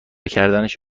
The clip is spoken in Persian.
کردنش